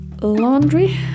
laundry